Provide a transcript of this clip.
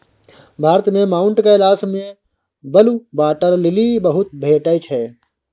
भारत मे माउंट कैलाश मे blue water lily बहुत भेटै छै